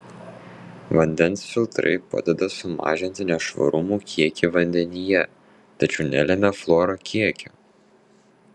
vandens filtrai padeda sumažinti nešvarumų kiekį vandenyje tačiau nelemia fluoro kiekio